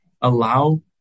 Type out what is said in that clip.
allow